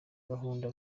gahunda